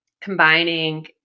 combining